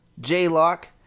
J-Lock